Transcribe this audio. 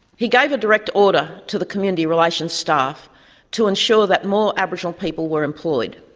he gave a direct order to the community relations staff to ensure that more aboriginal people were employed.